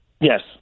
Yes